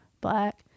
black